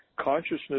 Consciousness